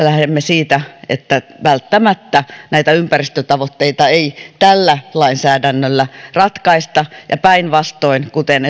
lähdemme siitä että välttämättä näitä ympäristötavoitteita ei tällä lainsäädännöllä ratkaista päinvastoin kuten